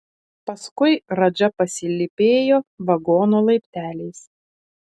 paskui radža pasilypėjo vagono laipteliais